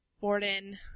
Borden